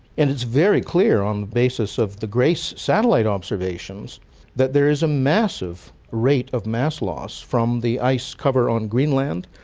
and it's very clear on the basis of the grace satellite observations that there is a massive rate of mass loss from the ice over on greenland,